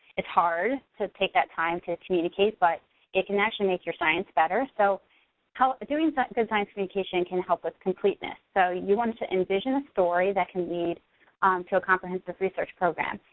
it's hard to take that time to communicate, but it can actually make your science better. so doing so good science communication can help with completeness. so you want to envision a story that can lead to a comprehensive research program.